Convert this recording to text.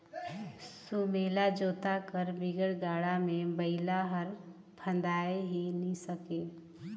सुमेला जोता कर बिगर गाड़ा मे बइला हर फदाए ही नी सके